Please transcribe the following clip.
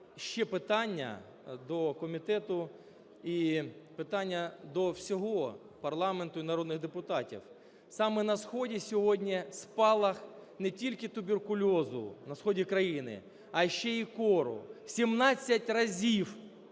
ще питання до комітету і питання до всього парламенту, і народних депутатів. Саме на сході сьогодні спалах не тільки туберкульозу, на сході країни, а ще й кору, у 17 разів